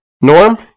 Norm